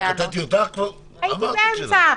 הייתי באמצע.